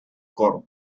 corp